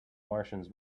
martians